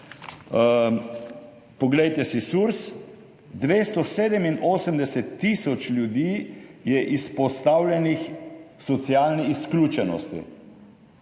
Poglejte si SURS, 287 tisoč ljudi je izpostavljenih socialni izključenosti